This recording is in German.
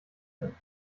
können